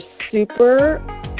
super